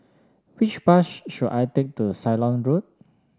which bus should I take to Ceylon Road